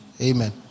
Amen